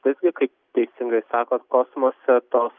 visgi kaip teisingai sakot kosmose tos